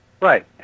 Right